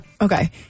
Okay